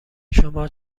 شما